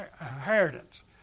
inheritance